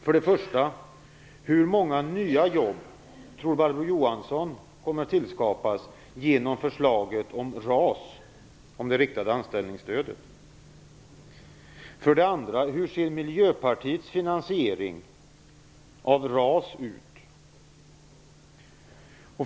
För det första: Hur många nya jobb tror Barbro Johansson kommer att tillskapas genom förslaget om RAS? För det andra: Hur ser Miljöpartiets finansiering av RAS ut?